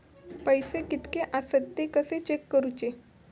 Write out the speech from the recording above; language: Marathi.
पैसे कीतके आसत ते कशे चेक करूचे?